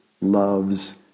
loves